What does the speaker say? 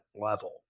level